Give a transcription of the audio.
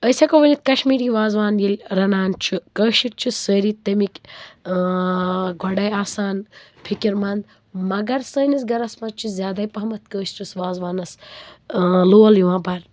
أسۍ ہٮ۪کو ؤنِتھ کشمیٖری وازوان ییٚلہِ رَنان چھِ کٲشِرۍ چھِ سٲری تٔمِکۍ گۄڈَے آسان فِکِرمنٛد مگر سٲنِس گَرس منٛز چھِ زیادَے پہمَتھ کٲشرِس وازوانس لول یِوان برنہٕ